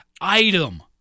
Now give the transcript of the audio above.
item